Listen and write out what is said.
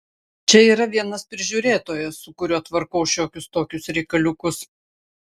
čia yra vienas prižiūrėtojas su kuriuo tvarkau šiokius tokius reikaliukus